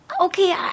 Okay